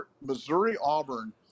Missouri-Auburn